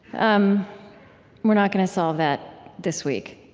um we're not going to solve that this week